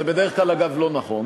זה בדרך כלל לא נכון.